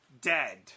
Dead